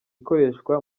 ikoreshwa